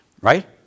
right